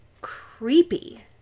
creepy